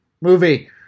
Movie